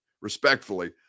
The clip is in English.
respectfully